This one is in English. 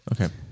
Okay